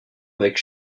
avec